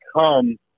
come